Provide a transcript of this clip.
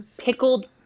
pickled